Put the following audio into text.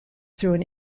through